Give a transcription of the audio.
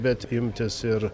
bet imtis ir